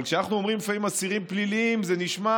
אבל כשאנחנו אומרים לפעמים "אסירים פליליים" זה נשמע